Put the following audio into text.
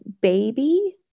Baby